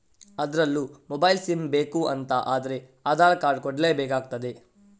ಅದ್ರಲ್ಲೂ mobile sim ಬೇಕು ಅಂತ ಆದ್ರೆ ಆಧಾರ್ ಕಾರ್ಡ್ ಕೊಡ್ಲೇ ಬೇಕಾಗ್ತದೆ